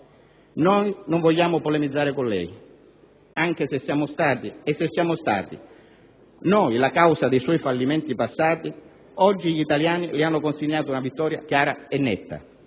noi non vogliamo polemizzare con lei e se siamo stati noi la causa dei suoi fallimenti passati, oggi gli italiani le hanno consegnato una vittoria chiara e netta.